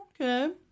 Okay